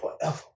forever